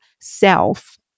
self